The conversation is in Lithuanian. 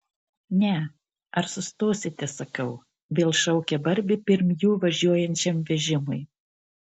ne ar sustosite sakau vėl šaukia barbė pirm jų važiuojančiam vežimui